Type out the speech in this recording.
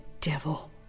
devil